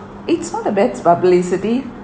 it's not a bad publicity